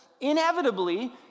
inevitably